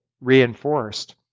reinforced